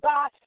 God